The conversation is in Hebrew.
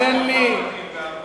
הוא רק מסביר,